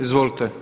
Izvolite.